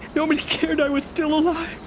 nobody cared i was still and